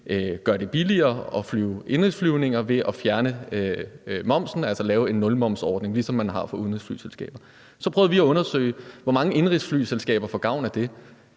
gøre det billigere at flyve indenrigsflyvninger ved at fjerne momsen, altså lave en nulmomsordning, ligesom man har for udenrigsflyselskaber. Så prøvede vi at undersøge, hvor mange indenrigsflyselskaber der får gavn af det.